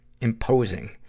imposing